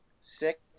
six